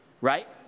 right